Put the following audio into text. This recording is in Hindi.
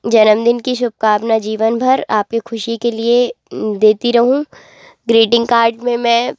जन्मदिन की शुभकामनाएं जीवन भर आपके खुशी के लिए देती रहूँ ग्रीटिंग कार्ड में मैं